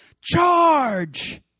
Charge